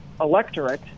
electorate